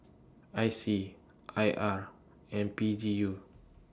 I C I R and P G U